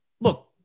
look